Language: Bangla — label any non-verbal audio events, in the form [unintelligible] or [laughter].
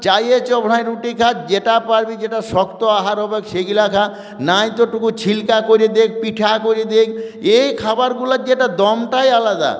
চেয়ে [unintelligible] রুটি খা যেটা পারবি যেটা শক্ত আহার হবে সেগুলো খা নয়তো টুকু ছিলকা করে দিক পিঠা করে দিক এই খাবারগুলোর যেটা দমটাই আলাদা